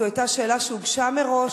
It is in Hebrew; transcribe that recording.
זאת היתה שאלה שהוגשה מראש,